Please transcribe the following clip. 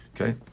Okay